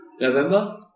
November